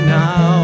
now